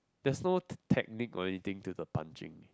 there's no technique or anything to the punching